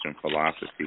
philosophy